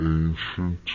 ancient